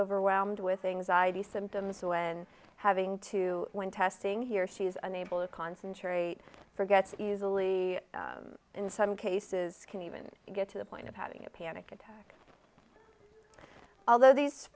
overwhelmed with anxiety symptoms when having to when testing he or she is unable to concentrate forget easily in some cases can even get to the point of having a panic attack although these